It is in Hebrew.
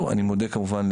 אני מודה כמובן,